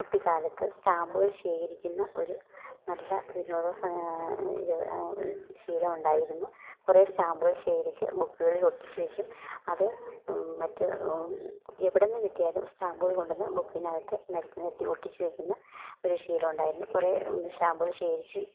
കുട്ടിക്കാലത്ത് സ്റ്റാമ്പുകൾ ശേഖരിക്കുന്ന ഒരു നല്ല വിനോദ സാ ശീലമുണ്ടായിരുന്നു കുറേ സ്റ്റാമ്പുകൾ ശേഖരിച്ച് ബുക്കുകളിൽ ഒട്ടിച്ച് വെക്കും അത് മറ്റ് എവിടെ നിന്നു കിട്ടിയാലും സ്റ്റാമ്പുകൾ കൊണ്ടു വന്ന് ബുക്കിനകത്ത് നിരത്തി നിരത്തി ഒട്ടിച്ച് വെക്കുന്ന ഒരു ശീലമുണ്ടായിരുന്നു കുറേ സ്റ്റാമ്പുകൾ ശേഖരിച്ച്